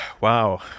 wow